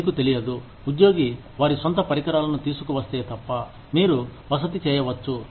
మీకు తెలియదు ఉద్యోగి వారి సొంత పరికరాలను తీసుకువస్తే తప్ప మీరు వసతి చేయవచ్చు